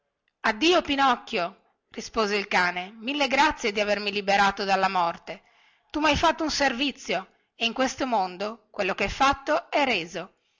addio pinocchio rispose il cane mille grazie di avermi liberato dalla morte tu mi hai fatto un gran servizio e in questo mondo quel che è fatto è reso